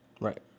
right